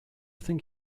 think